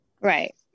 right